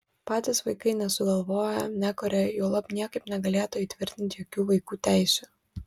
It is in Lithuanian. patys vaikai nesugalvoja nekuria juolab niekaip negalėtų įtvirtinti jokių vaikų teisių